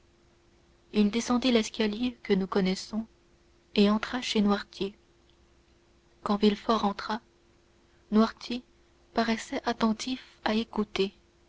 il descendit l'escalier que nous connaissons et entra chez noirtier quand villefort entra noirtier paraissait attentif à écouter